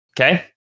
okay